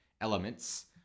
elements